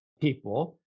people